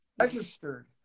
registered